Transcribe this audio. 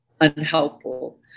unhelpful